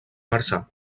marçà